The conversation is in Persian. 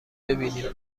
ببینیم